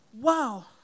wow